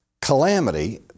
calamity